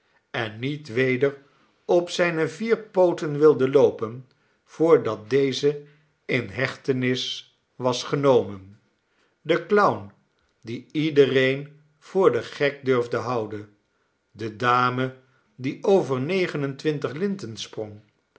en niet weder op zijne vier pooten wilde loopen voordat deze in hechtenis was genomen de clown die iedereen voor den gek durfde houden de dame die over negen en twintig linten sprong